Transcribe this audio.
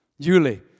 Julie